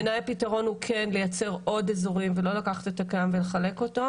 בעיניי הפתרון הוא כן לייצר עוד אזורים ולא לקחת את הקיים ולחלק אותו,